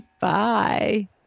bye